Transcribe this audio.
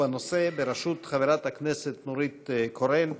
בנושא בראשות חברת הכנסת נורית קורן,